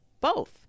Both